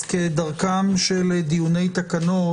אז כדרכם של דיוני תקנות,